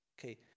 Okay